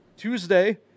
Tuesday